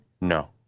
no